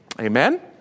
Amen